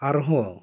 ᱟᱨᱦᱚᱸ